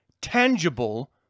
tangible